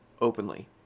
openly